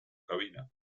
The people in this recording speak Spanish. cabina